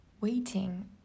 waiting